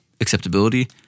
acceptability